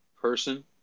person